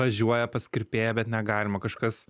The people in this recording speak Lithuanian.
važiuoja pas kirpėją bet negalima kažkas